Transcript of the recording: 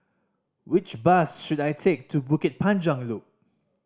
which bus should I take to Bukit Panjang Loop